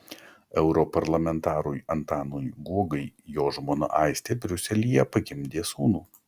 europarlamentarui antanui guogai jo žmona aistė briuselyje pagimdė sūnų